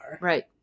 Right